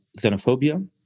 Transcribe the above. xenophobia